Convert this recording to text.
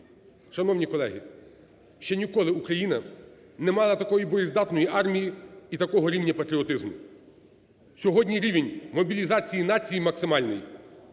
Шановні колеги, ще ніколи Україна не мала такої боєздатної армії і такого рівня патріотизму. Сьогодні рівень мобілізації нації максимальний.